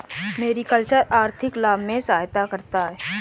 mariculture आर्थिक लाभ में सहायता करता है